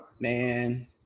man